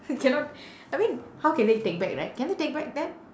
cannot I mean how can they take back right can they take back that